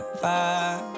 vibe